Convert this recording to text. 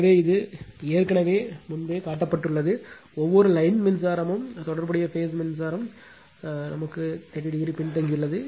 எனவே இது ஏற்கனவே முன்பே காட்டப்பட்டுள்ளது ஒவ்வொரு லைன் மின்சாரமும் தொடர்புடைய பேஸ் மின்சாரம் 30o பின்தங்கியுள்ளது